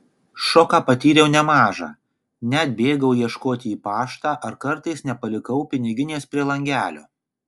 šoką patyriau nemažą net bėgau ieškoti į paštą ar kartais nepalikau piniginės prie langelio